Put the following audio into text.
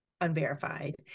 unverified